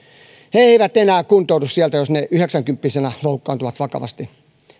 he eivät enää kuntoudu sieltä jos he yhdeksänkymppisinä loukkaantuvat vakavasti